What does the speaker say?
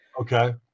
Okay